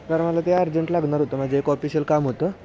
तर मला ते अर्जंट लागणार होतं माझं एक ऑफिशियल काम होतं